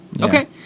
okay